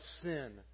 sin